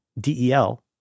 DEL